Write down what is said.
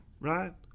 right